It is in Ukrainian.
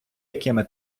якими